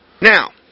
Now